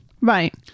Right